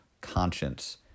conscience